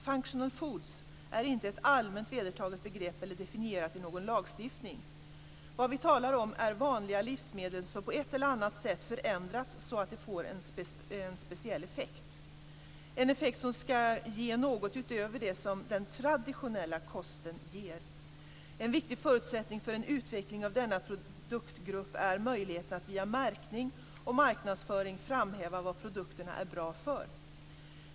Functional foods är inte ett allmänt vedertaget begrepp eller definierat i någon lagstiftning. Vad vi talar om är vanliga livsmedel som på ett eller annat sätt förändrats så att de får en speciell effekt, en effekt som skall ge något utöver det som den så att säga traditionella kosten ger. En viktig förutsättning för en utveckling av denna produktgrupp är möjligheten att via märkning och marknadsföring framhäva vad produkterna är bra för.